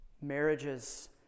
Marriages